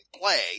play